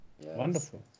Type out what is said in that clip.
Wonderful